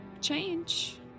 change